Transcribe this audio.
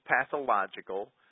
pathological